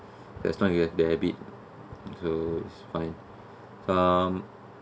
that's why you have the habit so it's fine some